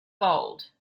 gold